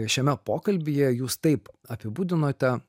šiame pokalbyje jūs taip apibūdinote